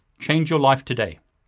change your life today.